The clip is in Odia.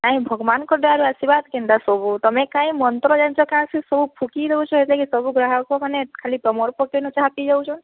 ନାଇଁ ଭଗବାନଙ୍କ ଦୟାରୁ ଆଶୀର୍ବାଦ କେନ୍ତା ସବୁ ତମେ କାଇଁ ମନ୍ତ୍ର ଜାଣିଛ କାଁ ସେ ସବୁ ଫୁକି ଦଉଛ ହେଥିଲାଗି ସବୁ ଗ୍ରାହକ ମାନେ ଖାଲି ତମର୍ ପାଖେନୁ ଚାହା ପି ଯାଉଛନ୍